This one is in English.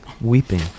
weeping